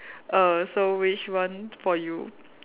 err so which one for you